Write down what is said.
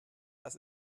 das